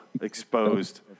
exposed